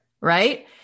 Right